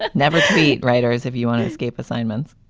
but never treat writers if you want to escape assignments.